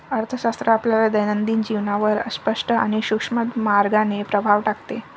अर्थशास्त्र आपल्या दैनंदिन जीवनावर स्पष्ट आणि सूक्ष्म मार्गाने प्रभाव टाकते